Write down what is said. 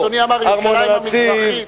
ארמון-הנציב,